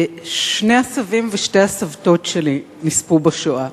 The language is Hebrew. שני הסבים ושתי הסבתות שלי נספו בשואה.